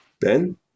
Ben